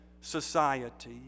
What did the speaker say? society